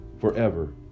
forever